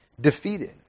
defeated